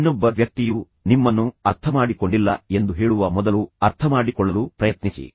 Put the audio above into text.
ಇನ್ನೊಬ್ಬ ವ್ಯಕ್ತಿಯು ನಿಮ್ಮನ್ನು ಅರ್ಥಮಾಡಿಕೊಂಡಿಲ್ಲ ಎಂದು ಹೇಳುವ ಮೊದಲು ಅರ್ಥಮಾಡಿಕೊಳ್ಳಲು ಪ್ರಯತ್ನಿಸಿ